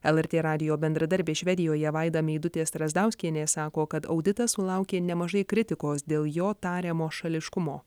lrt radijo bendradarbė švedijoje vaida meidutė strazdauskienė sako kad auditas sulaukė nemažai kritikos dėl jo tariamo šališkumo